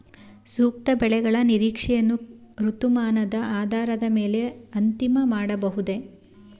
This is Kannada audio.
ಸೂಕ್ತ ಬೆಳೆಗಳ ನಿರೀಕ್ಷೆಯನ್ನು ಋತುಮಾನದ ಆಧಾರದ ಮೇಲೆ ಅಂತಿಮ ಮಾಡಬಹುದೇ?